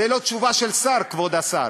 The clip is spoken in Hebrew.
זה לא תשובה של שר, כבוד השר.